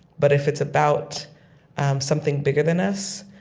but if it's about something bigger than us,